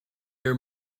your